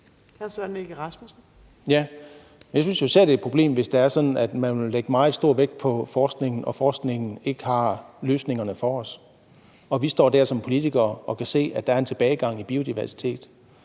Jeg synes jo især, at det er et problem, hvis det er sådan, at man vil lægge meget stor vægt på forskning, og forskningen ikke har løsningerne til os. Vi står der som politikere og kan se, at der er en tilbagegang i biodiversitet,